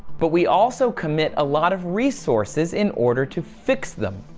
but we also commit a lot of resources in order to fix them.